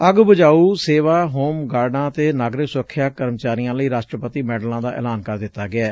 ਅੱਗ ਬੁਝਾਉ ਸੇਵਾ ਹੋਮ ਗਾਰਡਾਂ ਅਤੇ ਨਾਗਰਿਕ ਸੁਰੱਖਿਆ ਕਰਮਚਾਰੀਆਂ ਲਈ ਰਾਸ਼ਟਰਪਤੀ ਮੈਡਲਾਂ ਦਾ ਐਲਾਨ ਕਰ ਦਿੱਤਾ ਗਿਐ